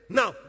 now